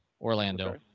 Orlando